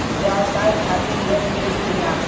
ब्यवसाय खातिर लोन मिली कि ना?